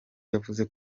yavuze